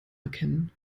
erkennen